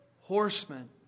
horsemen